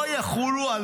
לא יחולו על